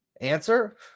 Answer